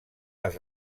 les